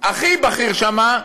הכי בכיר שם: